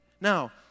Now